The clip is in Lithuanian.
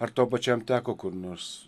ar tau pačiam teko kur nors